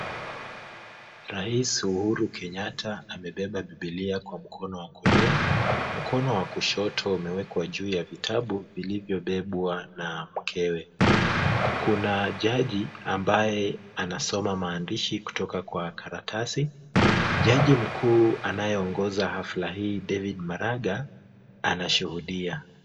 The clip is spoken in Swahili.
Rais Uhuru Kenyatta amebeba bibilia kwa mkono wa kulia, mkono wa kushoto umewekwa juu ya vitabu vilivyobebwa na mkewe. Kuna jaji ambaye anasoma maandishi kutoka kwa karatasi. Jaji mkuu anayeongoza hafla hii David Maraga anashuhudia.